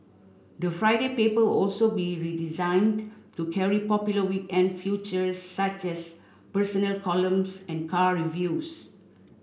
the Friday paper also be redesigned to carry popular weekend feature such as personal columns and car reviews